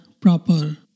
proper